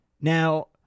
Now